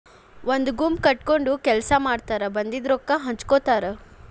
ಒಂದ ಗುಂಪ ಕಟಗೊಂಡ ಕೆಲಸಾ ಮಾಡತಾರ ಬಂದಿದ ರೊಕ್ಕಾ ಹಂಚಗೊತಾರ